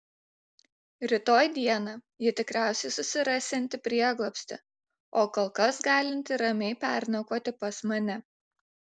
rytoj dieną ji tikriausiai susirasianti prieglobstį o kol kas galinti ramiai pernakvoti pas mane